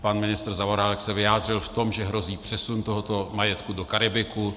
Pan ministr Zaorálek se vyjádřil v tom smyslu, že hrozí přesun toho majetku do Karibiku.